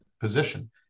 position